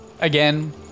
Again